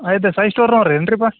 ಇದು ಸಾಯಿ ಸ್ಟೋರ್ನವ್ರು ಏನುರೀಪ್ಪ